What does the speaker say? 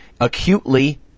acutely